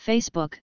Facebook